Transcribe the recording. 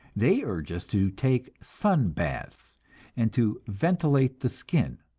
they urge us to take sun baths and to ventilate the skin.